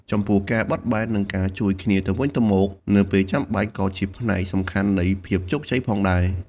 ចំពោះ ការបត់បែន និងការជួយគ្នាទៅវិញទៅមកនៅពេលចាំបាច់ ក៏ជាផ្នែកសំខាន់នៃភាពជោគជ័យផងដែរ។